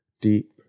Deep